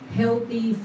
healthy